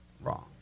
wrong